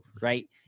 right